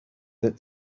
that